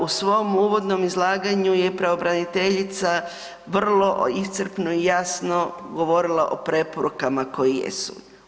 U svom uvodnom izlaganju je pravobraniteljica vrlo iscrpno i jasno govorila o preporukama koje jesu.